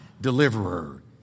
deliverer